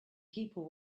people